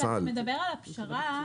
אתה מדבר על פשרה.